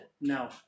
No